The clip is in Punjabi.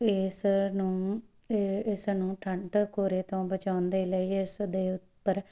ਇਸ ਨੂੰ ਇਹ ਇਸ ਨੂੰ ਠੰਡ ਕੋਰੇ ਤੋਂ ਬਚਾਉਣ ਦੇ ਲਈ ਇਸ ਦੇ ਉੱਪਰ